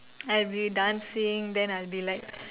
I'll be dancing then I'll be like